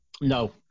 No